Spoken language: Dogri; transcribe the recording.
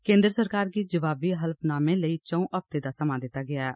केन्द्र सरकार गी जवाबी हल्फनामे लेई चऊं हफ्तें दा समां दित्ता गेआ ऐ